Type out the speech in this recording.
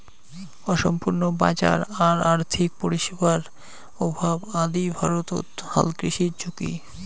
অসম্পূর্ণ বাজার আর আর্থিক পরিষেবার অভাব আদি ভারতত হালকৃষির ঝুঁকি